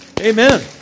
Amen